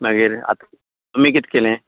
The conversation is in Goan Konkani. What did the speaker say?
मागीर आता तुमी कित केलें